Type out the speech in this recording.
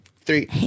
Three